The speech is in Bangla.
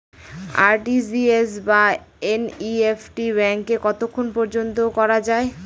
আর.টি.জি.এস বা এন.ই.এফ.টি ব্যাংকে কতক্ষণ পর্যন্ত করা যায়?